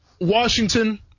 Washington